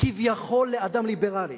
כביכול לאדם ליברלי,